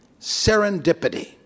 serendipity